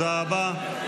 בושה, בושה, בושה, בושה.